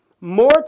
more